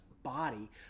body